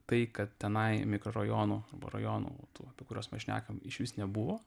tai kad tenai mikrorajono rajonų tų apie kuriuos mes šnekam išvis nebuvo